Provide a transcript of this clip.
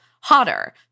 hotter